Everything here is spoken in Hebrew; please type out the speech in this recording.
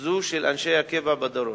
של אנשי הקבע בדרום.